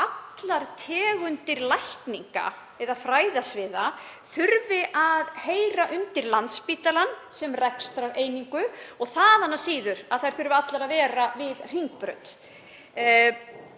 allar tegundir lækninga eða fræðasviða þurfi að heyra undir Landspítalann sem rekstrareiningu og þaðan af síður að þær þurfi allar að vera við Hringbraut.